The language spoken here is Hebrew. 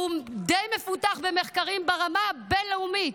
שהוא די מפותח במחקרים ברמה הבין-לאומית.